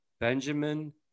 benjamin